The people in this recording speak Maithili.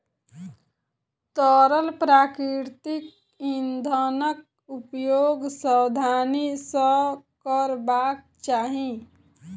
तरल प्राकृतिक इंधनक उपयोग सावधानी सॅ करबाक चाही